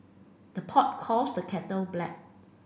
the pot calls the kettle black